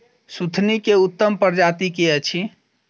सुथनी केँ उत्तम प्रजाति केँ अछि?